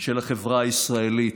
של החברה הישראלית,